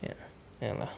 ya lah